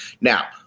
Now